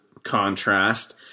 contrast